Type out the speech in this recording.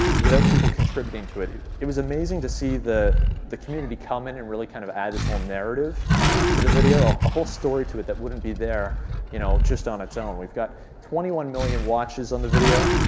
without people contributing to it. it it was amazing to see the the community come in and really kind of add this little narrative to the video. a whole story to it that wouldn't be there you know just on its own. we've got twenty one million watches on the video,